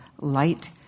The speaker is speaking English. light